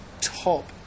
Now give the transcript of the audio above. top